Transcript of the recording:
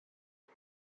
the